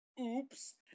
oops